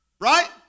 Right